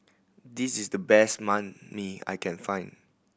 this is the best Banh Mi I can find